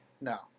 No